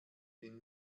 den